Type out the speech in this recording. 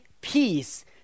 peace